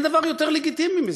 אין דבר יותר לגיטימי מזה.